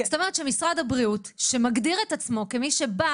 זאת אומרת שמשרד הבריאות שמגדיר את עצמו כמי שבא